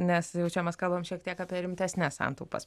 nes jau čia mes kalbam šiek tiek apie rimtesnes santaupas